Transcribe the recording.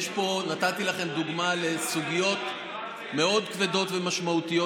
נתתי לכם דוגמה לסוגיות מאוד כבדות ומשמעותיות,